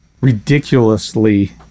ridiculously